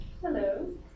Hello